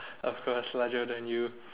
of course lah Jordan you